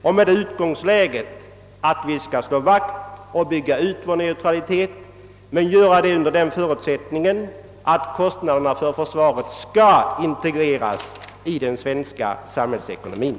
Vårt mål måste vara att slå vakt om och säkra neutraliteten. En förutsättning är dock att kostnaderna för försvaret integreras i den svenska samhällsekonomien.